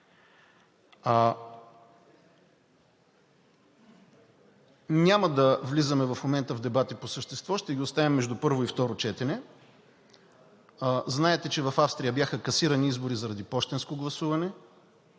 Няма да влизаме в момента в дебати по същество, ще ги оставим между първо и второ четене. Знаете, че в Австрия бяха касирани избори заради пощенско гласуване.